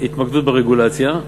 התמקדות ברגולציה,